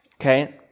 okay